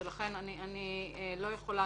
לכן אני לא יכולה